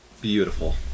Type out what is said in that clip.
beautiful